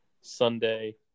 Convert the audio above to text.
Sunday